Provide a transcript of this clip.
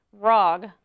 Rog